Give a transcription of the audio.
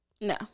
No